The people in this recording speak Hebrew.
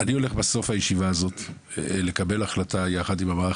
בסוף הישיבה הזו לקבל החלטה יחד עם המערך